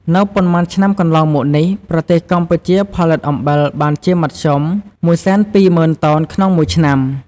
នៅប៉ុន្មានឆ្នាំកន្លងមកនេះប្រទេសកម្ពុជាផលិតអំបិលបានជាមធ្យម ១២០ ០០០តោនក្នុងមួយឆ្នាំ។